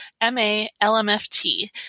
M-A-L-M-F-T